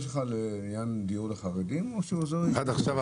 הוא עוזר שלך לעניין דיור לחרדים או שהוא עוזר --- לא,